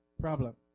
problem